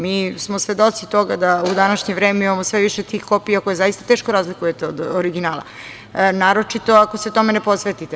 Mi smo svedoci toga da u današnje vreme imamo sve više tih kopija koje se zaista teško razlikujete od originala, naročito ako se tome ne posvetite.